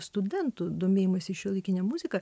studentų domėjimąsi šiuolaikine muzika